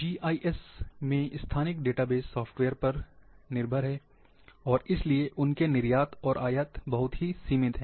GIS में स्थानिक database software पर निर्भर हैं और इसलिए उनके निर्यात और आयात बहुत ही सीमित हैं